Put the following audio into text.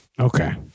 Okay